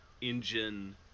engine